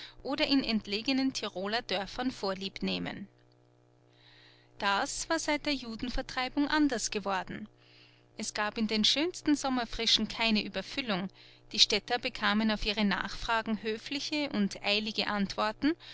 oder in entlegenen tiroler dörfern vorlieb nehmen das war seit der judenvertreibung anders geworden es gab in den schönsten sommerfrischen keine ueberfüllung die städter bekamen auf ihre nachfragen höfliche und eilige antworten